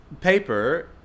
paper